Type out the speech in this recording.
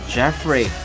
Jeffrey